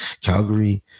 Calgary